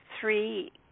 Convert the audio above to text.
three